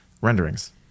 renderings